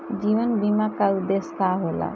जीवन बीमा का उदेस्य का होला?